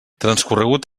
transcorregut